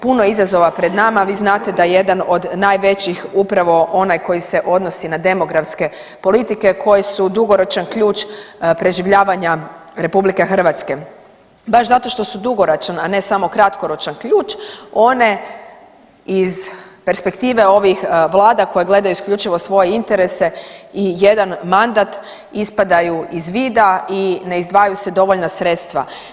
Puno je izazova pred nama, vi znate da jedan od najvećih upravo onaj koji se odnosi na demografske politike koji su dugoročan ključ preživljavanja RH, baš zato što su dugoročna, a ne samo kratkoročan ključ one iz perspektive ovih vlada koje gledaju isključivo svoje interese i jedan mandat ispadaju iz vida i ne izdvajaju se dovoljna sredstva.